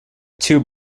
two